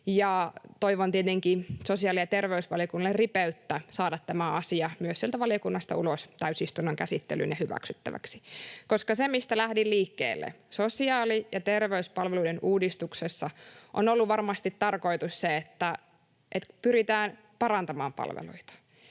toivon tietenkin sosiaali- ja terveysvaliokunnalle ripeyttä saada tämä asia myös sieltä valiokunnasta ulos täysistunnon käsittelyyn ja hyväksyttäväksi. Se, mistä lähdin liikkeelle, oli, että sosiaali- ja terveyspalveluiden uudistuksessa on ollut varmasti tarkoitus se, että pyritään parantamaan palveluita.